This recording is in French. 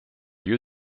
lieu